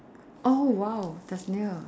oh !wow! that's near